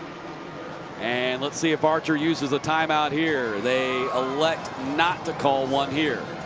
and let's see if archer uses a time-out here. they elect not to call one here.